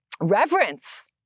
reverence